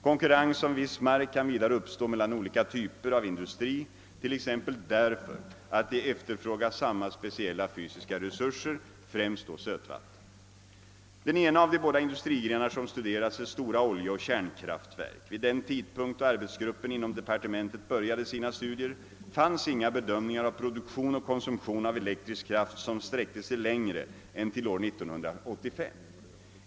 Konkurrens om viss mark kan vidare uppstå mellan olika typer av industri, t.ex. därför att de efterfrågar samma speciella fysiska resurser, främst då sötvatten. Den ena av de båda industrigrenar som studerats är stora oljeoch kärnkraftverk. Vid den tidpunkt då arbetsgruppen inom departementet började sina studier fanns inga bedömningar av produktion och konsumtion av elektrisk kraft, som sträckte sig längre än till år 1985.